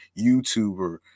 YouTuber